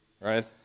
Right